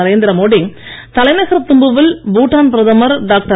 நரேந்திரமோடி தலைநகர் திம்புவில் பூட்டான் பிரதமர் டாக்டர்